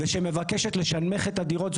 ושמבקשת לשנמך את הדירות,